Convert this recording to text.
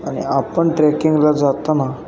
आणि आपण ट्रेकिंगला जाताना